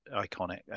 iconic